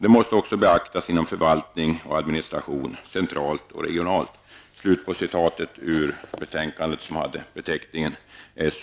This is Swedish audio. Det måste också beaktas inom förvaltning och administration, centralt och regionalt.''